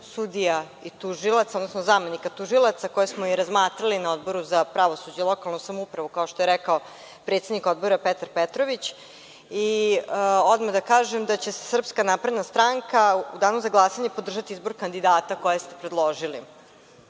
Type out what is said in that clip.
sudija i tužilaca, odnosno zamenika tužilaca koje smo i razmatrali na Odboru za pravosuđe i lokalnu samoupravu, kao što je rekao predsednik Odbora, Petar Petrović. Odmah da kažem da će SNS u danu za glasanje podržati izbor kandidata koji ste predložili. Neću